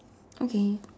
okay